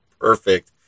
perfect